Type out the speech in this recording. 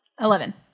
Eleven